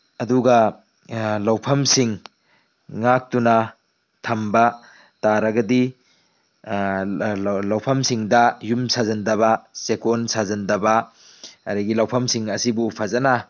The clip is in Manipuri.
ꯑꯗꯨꯒ ꯂꯧꯐꯝꯁꯤꯡ ꯉꯥꯀꯇꯨꯅ ꯊꯝꯕ ꯇꯥꯔꯒꯗꯤ ꯂꯧꯐꯝꯁꯤꯡꯗ ꯌꯨꯝ ꯁꯥꯖꯤꯟꯗꯕ ꯆꯦꯛꯀꯣꯟ ꯁꯥꯖꯤꯟꯗꯕ ꯑꯗꯒꯤ ꯂꯧꯐꯝꯁꯤꯡ ꯑꯁꯤꯕꯨ ꯐꯖꯟꯅ